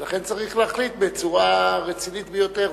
ולכן צריך להחליט בצורה רצינית ביותר,